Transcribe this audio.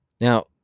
Now